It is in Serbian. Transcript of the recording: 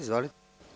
Izvolite.